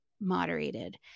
moderated